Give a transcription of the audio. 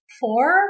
four